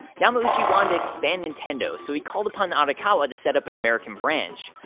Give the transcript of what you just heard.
yamauchi wanted to expand nintendo, so he called upon arakawa to set up an american branch.